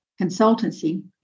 Consultancy